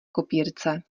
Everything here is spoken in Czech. kopírce